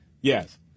Yes